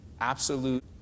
Absolute